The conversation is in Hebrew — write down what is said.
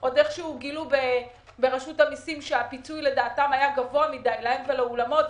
אלא גילו ברשות המסים שהפיצוי היה גבוה מדי להם ולאולמות,